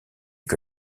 que